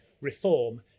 reform